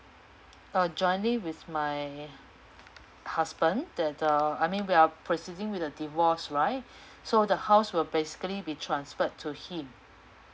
uh jointly with my husband that uh I mean we are proceeding with the divorce right so the house will basically be transferred to him